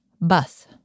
bus